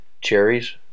cherries